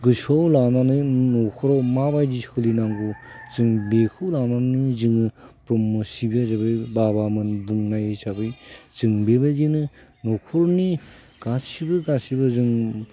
गोसोआव लानानै न'खराव माबायदि सोलिनांगौ जों बेखौ लानानैनो जोङो ब्रह्म सिबियारि बाबामोन बुंनाय हिसाबै जों बेबायदिनो न'खरनि गासैबो गासैबो जों